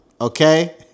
okay